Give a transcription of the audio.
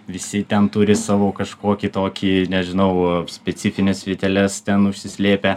visi ten turi savo kažkokį tokį nežinau specifines vyteles ten užsislėpę